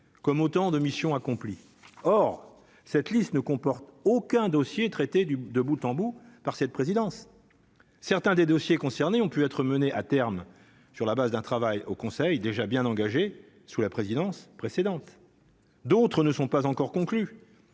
comme autant de mission accomplie, or cette liste ne comporte aucun dossier traité du de bout en bout par cette présidence certains des dossiers concernés ont pu être menées à terme, sur la base d'un travail au Conseil, déjà bien engagée sous la présidence précédente, d'autres ne sont pas encore conclu